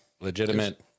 legitimate